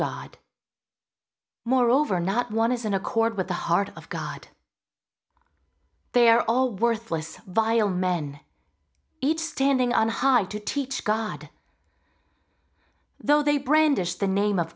god moreover not one is in accord with the heart of god they are all worthless viol men each standing on high to teach god though they brandished the name of